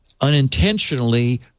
unintentionally